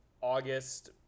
August